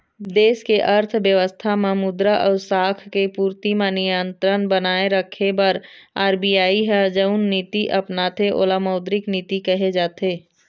देस के अर्थबेवस्था म मुद्रा अउ साख के पूरति म नियंत्रन बनाए रखे बर आर.बी.आई ह जउन नीति अपनाथे ओला मौद्रिक नीति कहे जाथे